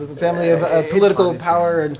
family of political power, and